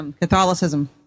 Catholicism